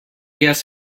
guess